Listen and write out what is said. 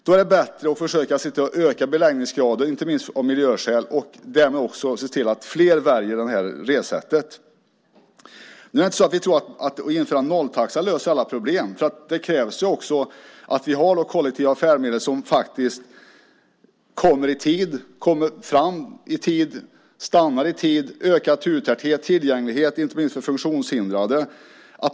Då är det bättre att försöka öka beläggningsgraden, inte minst av miljöskäl, och därmed se till att flera väljer det här ressättet. Det är inte så att vi tror att ett införande av en nolltaxa löser alla problem. Det krävs ju också att vi har kollektiva färdmedel som faktiskt kommer i tid, som kommer fram i tid och som stannar i tid. Det krävs också ökad turtäthet och tillgänglighet, inte minst med tanke på funktionshindrade.